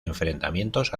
enfrentamientos